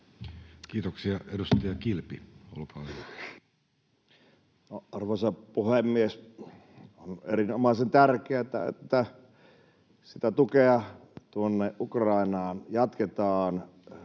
Kiitoksia. — Edustaja Kilpi, olkaa hyvä. Arvoisa puhemies! On erinomaisen tärkeätä, että tukea tuonne Ukrainaan jatketaan